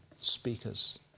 speakers